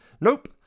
Nope